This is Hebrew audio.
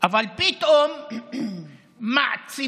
אבל פתאום מעצימים